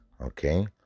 Okay